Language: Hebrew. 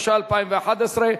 התשע"א 2011,